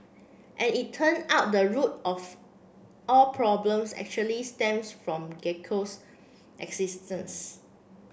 and it turn out the root of all problems actually stems from gecko's existence